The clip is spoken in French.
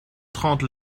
trente